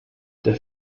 der